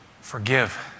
forgive